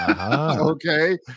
Okay